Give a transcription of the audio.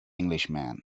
englishman